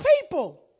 people